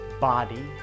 body